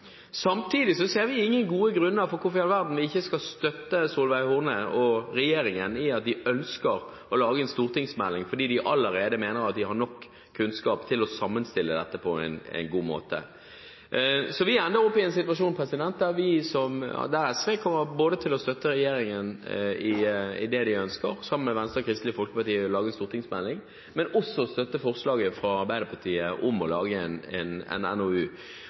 Samtidig ser vi ingen gode grunner til ikke å støtte Solveig Horne og regjeringen i at de ønsker å lage en stortingsmelding fordi de mener at de allerede har nok kunnskap til å sammenstille dette på en god måte. Så vi ender opp i en situasjon der SV kommer til å støtte regjeringen i det de ønsker, sammen med Venstre og Kristelig Folkeparti, å lage en stortingsmelding, men også å støtte forslaget fra Arbeiderpartiet om å lage en NOU. Som en